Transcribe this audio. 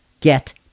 get